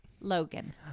Logan